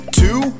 two